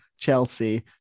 Chelsea